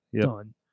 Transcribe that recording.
done